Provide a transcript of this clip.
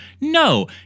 No